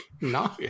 No